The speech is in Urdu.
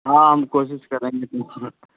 ہاں ہم کوشش کریں گے